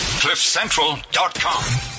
cliffcentral.com